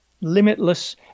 limitless